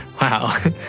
Wow